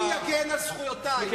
מי יגן על זכויותי, מי?